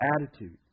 attitude